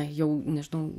jau nežinau